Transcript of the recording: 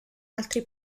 altri